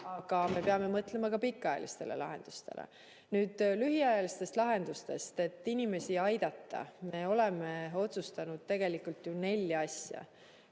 Aga me peame mõtlema ka pikaajalistele lahendustele. Nüüd lühiajalistest lahendustest. Et inimesi aidata, oleme me otsustanud tegelikult ju neli asja,